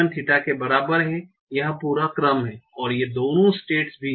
theta के बराबर है यह पूरा क्रम है और ये दोनों स्टेट्स भी हैं